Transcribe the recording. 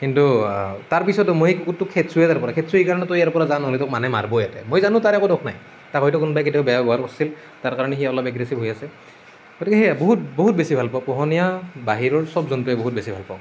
কিন্তু তাৰপিছতো মই সেই কুকুৰটো খেদিছোঁ ইয়াৰপৰা খেদিছোঁ এইকাৰণেই তই ইয়াৰপৰা যা নহ'লে তোক মানুহে মাৰিব ইয়াতে মই জানো তাৰ একো দোষ নাই তাক হয়তো কোনোবাই কেতিয়াবা বেয়া ব্যৱহাৰ কৰিছিল তাৰকাৰণে সি অলপ এগ্ৰেচিভ হৈ আছে গতিকে সেয়াই বহুত বহুত বেছি ভাল পাওঁ পোহনীয়া বাহিৰৰ সব জন্তুৱে বহুত বেছি ভাল পাওঁ